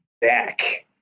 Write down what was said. back